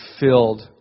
filled